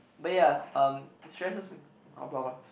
but ya um destresses me uh blah blah blah